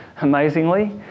amazingly